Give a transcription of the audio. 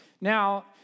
Now